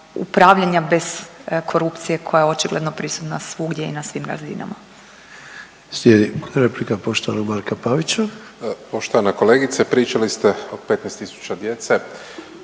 upravljanja bez korupcije koja je očigledno prisutna svugdje i na svim razinama.